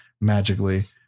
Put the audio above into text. magically